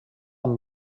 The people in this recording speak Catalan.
amb